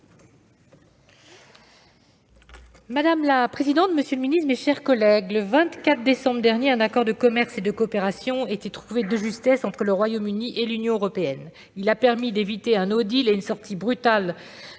Madame la présidente, monsieur le secrétaire d'État, mes chers collègues, le 24 décembre dernier, un accord de commerce et de coopération a été trouvé de justesse entre le Royaume-Uni et l'Union européenne. Il a permis d'éviter un et une sortie brutale